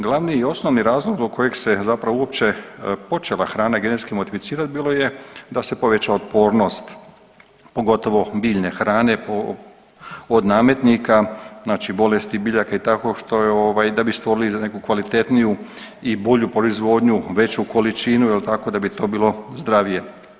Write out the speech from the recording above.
Glavni i osnovni razlog zbog kojeg se zapravo uopće počela hrana genetski modificirati bilo je da se poveća otpornost pogotovo biljne hrane od nametnika, znači bolesti biljaka i tako što je da bi stvorili neku kvalitetniju i bolju proizvodnju, veću količinu, jel' tako da bi to bilo zdravije.